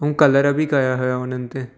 ऐं कलर बि कया हुया उन्हनि ते